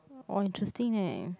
orh interesting eh